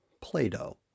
Play-Doh